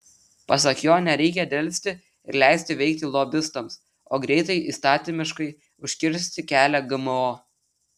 pasak jo nereikia delsti ir leisti veikti lobistams o greitai įstatymiškai užkirsti kelią gmo